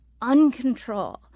uncontrolled